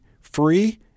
free